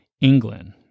England